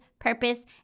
purpose